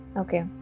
Okay